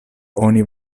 oni